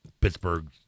Pittsburgh